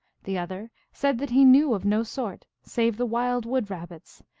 the other said that he knew of no sort save the wild wood rabbits,